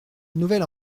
nouvelle